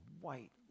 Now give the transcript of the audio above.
white